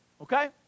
okay